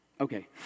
okay